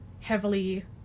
heavily